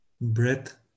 Breath